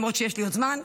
למרות שיש לי עוד זמן.